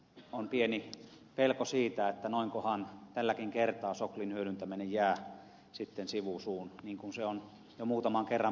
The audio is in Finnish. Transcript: on pieni pelko siitä että noinkohan tälläkin kertaa soklin hyödyntäminen jää sitten sivu suun niin kuin se on jo muutaman kerran pettymyksen tuottanut